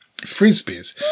Frisbees